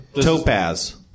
Topaz